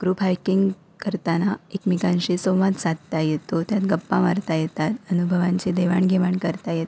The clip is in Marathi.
ग्रुप हायकिंग करताना एकमेकांशी संवाद साधता येतो त्यात गप्पा मारता येतात अनुभवांचे देवाणघेवाण करता येतो